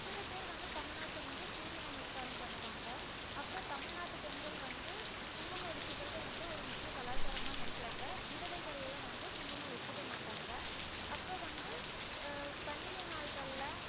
சில பேர் வந்து தமிழ்நாட்டில் வந்து சூரிய நமஸ்காரம் பண்ணுவாங்க அப்புறம் தமிழ்நாட்டு பெண்கள் வந்து குங்குமம் வச்சுகிறது வந்து ஒரு முக்கிய கலாச்சாரமாக நினைக்கிறாங்க விதவைகளெலாம் வந்து குங்குமம் வச்சுக்க மாட்டாங்க அப்புறம் வந்து பண்டிகை நாள்களில்